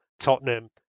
Tottenham